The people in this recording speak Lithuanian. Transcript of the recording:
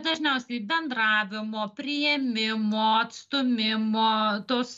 dažniausiai bendravimo priėmimo atstūmimo tos